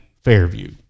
Fairview